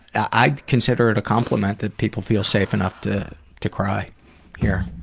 i'd consider it a compliment that people feel safe enough to to cry here.